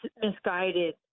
misguided